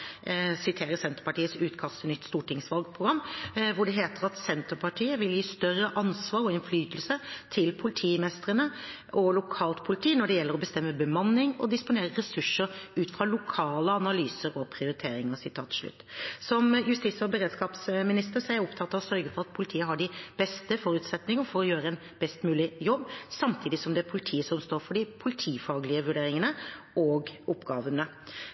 Senterpartiets utkast til nytt stortingsvalgprogram, hvor det står: «Senterpartiet vil gi større ansvar og innflytelse til politimestrene og lokalt politi når det gjelder å bestemme bemanning og disponere ressurser ut fra lokale analyser og prioriteringer.» Som justis- og beredskapsminister er jeg opptatt av å sørge for at politiet har de beste forutsetninger for å gjøre en best mulig jobb, samtidig som det er politiet som står for de politifaglige vurderingene og oppgavene.